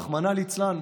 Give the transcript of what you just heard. רחמנא ליצלן,